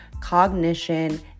cognition